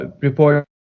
report